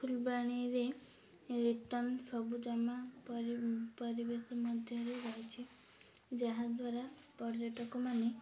ଫୁଲବାଣୀରେ ରିଟର୍ଣ୍ଣ ସବୁ ଜମା ପରି ପରିବେଶ ମଧ୍ୟରେ ରହିଛି ଯାହାଦ୍ୱାରା ପର୍ଯ୍ୟଟକ ମାନେ